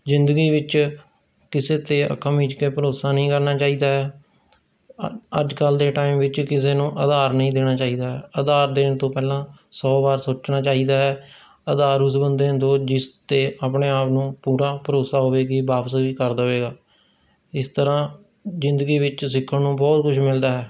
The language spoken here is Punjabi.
ਜ਼ਿੰਦਗੀ ਵਿੱਚ ਕਿਸੇ 'ਤੇ ਅੱਖਾਂ ਮੀਚ ਕੇ ਭਰੋਸਾ ਨਹੀਂ ਕਰਨਾ ਚਾਹੀਦਾ ਹੈ ਅੱ ਅੱਜ ਕੱਲ੍ਹ ਦੇ ਟਾਈਮ ਵਿੱਚ ਕਿਸੇ ਨੂੰ ਉਧਾਰ ਨਹੀਂ ਦੇਣਾ ਚਾਹੀਦਾ ਹੈ ਉਧਾਰ ਦੇਣ ਤੋਂ ਪਹਿਲਾਂ ਸੌ ਵਾਰ ਸੌਚਣਾ ਚਾਹੀਦਾ ਹੈ ਉਧਾਰ ਉਸ ਬੰਦੇ ਨੂੰ ਦਿਓ ਜਿਸ 'ਤੇ ਆਪਣੇ ਆਪ ਨੂੰ ਪੂਰਾ ਭਰੋਸਾ ਹੋਵੇ ਕਿ ਵਾਪਸ ਵੀ ਕਰ ਦੇਵੇਗਾ ਇਸ ਤਰ੍ਹਾਂ ਜ਼ਿੰਦਗੀ ਵਿੱਚ ਸਿੱਖਣ ਨੂੰ ਬਹੁਤ ਕੁਛ ਮਿਲਦਾ ਹੈ